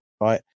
Right